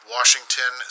Washington